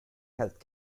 health